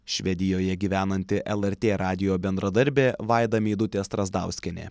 švedijoje gyvenanti lrt radijo bendradarbė vaida meidutė strazdauskienė